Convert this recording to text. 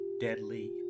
deadly